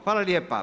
Hvala lijepa.